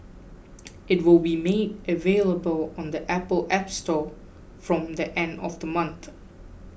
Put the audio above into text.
it will be made available on the Apple App Store from the end of the month